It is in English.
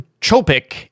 Chopik